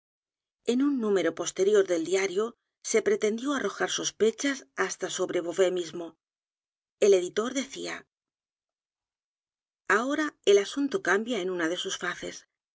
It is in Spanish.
en un número posterior del diario se pretendió arrojar sospechas hasta sobre beauvais mismo el editor decía ahora el asunto cambia una de sus faces